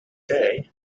day